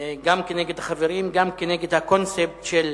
גם כנגד החברים, גם כנגד הקונספט של